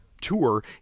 tour